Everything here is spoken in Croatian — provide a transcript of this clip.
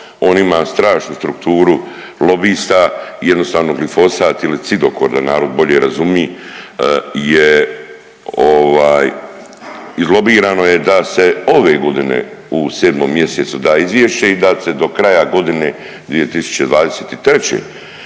on ima strašnu strukturu lobista i jednostavno glifosat ili Cidokor, da narod bolje razumi je, ovaj, izlobirano je da se ove godine u 7. mj. da izvješće i da se do kraja godine 2023.